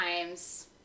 times